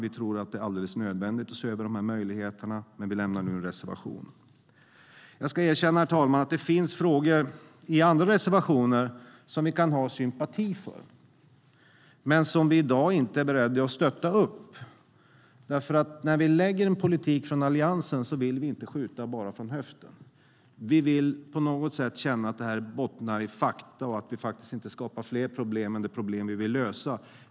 Vi tror att det är alldeles nödvändigt att se över de här möjligheterna, men vi lämnar nu en reservation. Jag ska erkänna att det finns frågor i andra reservationer som vi kan ha sympati för men som vi i dag inte är beredda att stötta. När vi från Alliansen lägger fram en politik vill vi inte bara skjuta från höften. Vi vill känna att det bottnar i fakta och att vi inte skapar fler problem än det problem vi vill lösa.